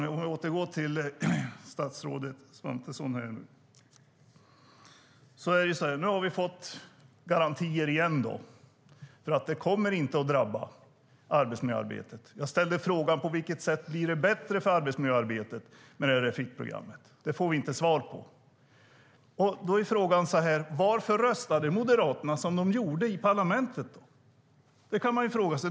För att återgå till statsrådet Svantesson: Nu har vi igen fått garantier för att det inte kommer att drabba arbetsmiljöarbetet. Jag ställde frågan: På vilket sätt blir det bättre för arbetsmiljöarbetet med Refit-programmet? Det får vi inte svar på. Då är frågan: Varför röstade Moderaterna som de gjorde i EU-parlamentet? Det kan man fråga sig.